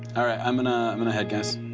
all right, i'm gonna i'm gonna head, guys.